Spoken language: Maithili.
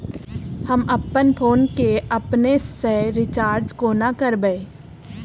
हम अप्पन फोन केँ अपने सँ रिचार्ज कोना करबै?